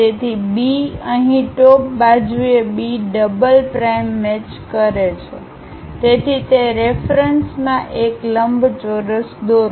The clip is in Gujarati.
તેથી B અહીં ટોપ બાજુએ B ડબલ પ્રાઇમ મેચ કરે છે તેથી તે રેફરન્સમાં એક લંબચોરસ દોરો